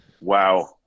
Wow